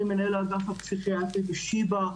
אני מנהל אגף הפסיכיאטרי בשיבא.